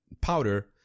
powder